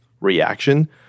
reaction